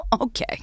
okay